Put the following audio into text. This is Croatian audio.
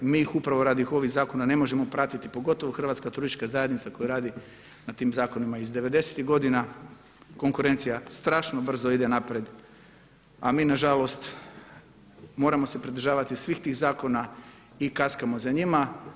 Mi ih upravo radi ovih zakona ne možemo pratiti pogotovo Hrvatska turistička zajednica koja radi na tim zakonima iz '90.-tih godina, konkurencija strašno brzo ide naprijed a mi nažalost moramo se pridržavati svih tih zakona i kaskamo za njima.